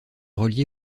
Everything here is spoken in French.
relié